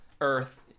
Earth